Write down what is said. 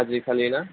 आजिखालिना